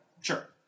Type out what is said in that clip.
Sure